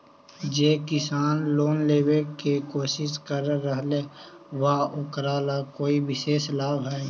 जे किसान लोन लेवे के कोशिश कर रहल बा ओकरा ला कोई विशेष लाभ हई?